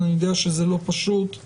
יש מעון פרטי ויש מעון של המדינה.